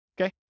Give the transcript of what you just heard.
Okay